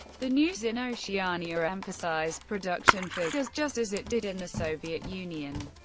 the news in oceania emphasised production figures, just as it did in the soviet union,